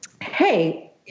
Hey